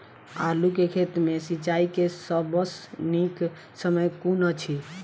आलु केँ खेत मे सिंचाई केँ सबसँ नीक समय कुन अछि?